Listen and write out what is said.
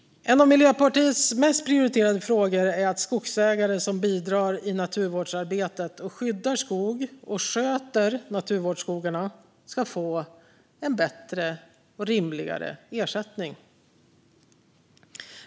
En av Miljöpartiets mest prioriterade frågor är att skogsägare som bidrar i naturvårdsarbetet och som skyddar skog och sköter naturvårdsskogarna ska få en bättre och rimligare ersättning.